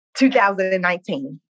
2019